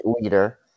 leader